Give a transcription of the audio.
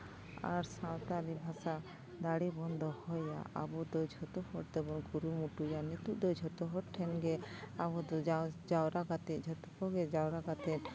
ᱟᱨ ᱥᱟᱱᱛᱟᱲ ᱵᱷᱟᱥᱟ ᱫᱟᱲ ᱵᱚᱱ ᱫᱚᱦᱚᱭᱟ ᱟᱵᱚ ᱫᱚ ᱡᱷᱚᱛᱚ ᱦᱚᱲ ᱛᱮᱵᱚᱱ ᱠᱩᱨᱩᱢᱩᱴᱩᱭᱟ ᱱᱤᱛᱳᱜ ᱫᱚ ᱡᱷᱚᱛᱚ ᱦᱚᱲ ᱴᱷᱮᱱᱜᱮ ᱟᱵᱚ ᱫᱚ ᱡᱟᱣᱨᱟ ᱠᱟᱛᱮᱫ ᱡᱷᱚᱛᱚ ᱠᱚᱜᱮ ᱡᱟᱣᱨᱟ ᱠᱟᱛᱮᱫ